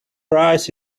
rice